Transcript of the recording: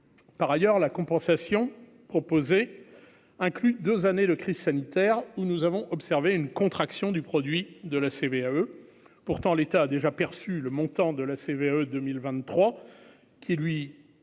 Par ailleurs, la compensation proposée inclut 2 années de crise sanitaire où nous avons observé une contraction du produit de la CVAE pourtant l'État déjà perçu le montant de la CVAE 2023 qui lui est dynamique,